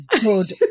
Good